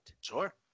Sure